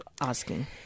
asking